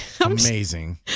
amazing